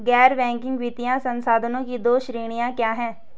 गैर बैंकिंग वित्तीय संस्थानों की दो श्रेणियाँ क्या हैं?